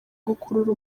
gukurura